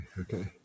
okay